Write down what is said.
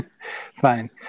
Fine